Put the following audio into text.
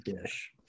dish